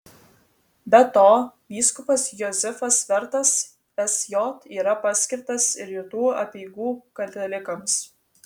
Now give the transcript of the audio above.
be to vyskupas josifas vertas sj yra paskirtas ir rytų apeigų katalikams